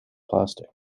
plastic